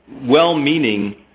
well-meaning